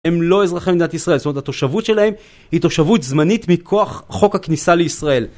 הם לא אזרחי מדינת ישראל, זאת אומרת התושבות שלהם היא תושבות זמנית מכוח חוק הכניסה לישראל.